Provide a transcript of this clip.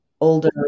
older